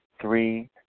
three